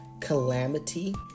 calamity